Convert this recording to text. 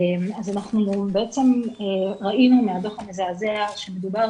אנחנו בעצם ראינו מהדוח המזעזע שמדובר